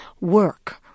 work